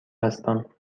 هستم